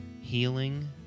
healing